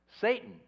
Satan